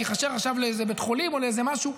כי חסר עכשיו לאיזה בית חולים או לאיזה משהו.